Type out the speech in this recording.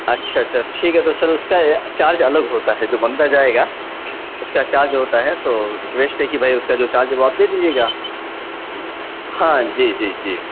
اچھا اچھا ٹھیک ہے تو سر اُس کا چارج الگ ہوتا ہے جو بندہ جائے گا اُس کا چارج ہوتا ہے تو ریکویسٹ ہے کہ بھائی اُس کا جو چارج ہے وہ آپ دے دیجیے گا ہاں جی جی جی